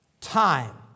time